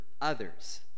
others